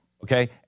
Okay